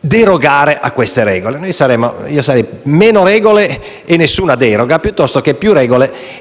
derogare a queste regole. Io sarei per avere meno regole e nessuna deroga, piuttosto che più regole